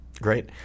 Great